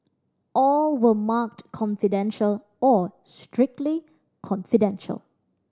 all were marked confidential or strictly confidential